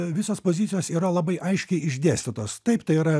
visos pozicijos yra labai aiškiai išdėstytos taip tai yra